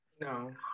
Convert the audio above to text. No